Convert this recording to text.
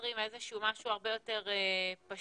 מייצרים איזה שהוא משהו הרבה יותר פשוט